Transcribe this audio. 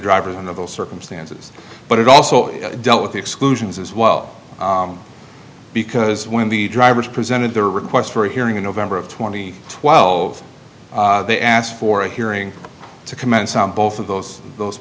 driver in the circumstances but it also dealt with the exclusions as well because when the drivers presented their request for a hearing in november of twenty twelve they asked for a hearing to commence on both of those those